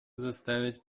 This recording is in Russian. заставить